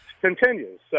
continues